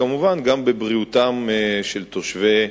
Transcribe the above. וכמובן גם בבריאותם של תושבי